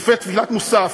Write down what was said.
לפני תפילת מוסף,